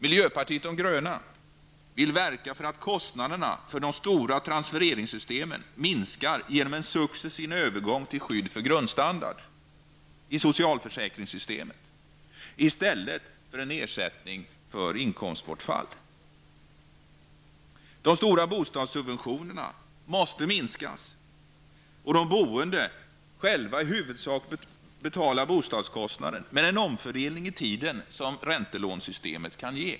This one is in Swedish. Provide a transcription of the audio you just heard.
Miljöpartiet de gröna vill verka för att kostnaderna för de stora transfereringssystemen minskar genom en successiv övergång till skydd för grundstandard i socialförsäkringssystemet i stället för en ersättning för inkomstbortfall. De stora bostadssubventionerna måste minskas och de boende själva i huvudsak betala bostadskostnaden med en omfördelning i tiden som räntelånesystemet kan ge.